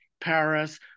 Paris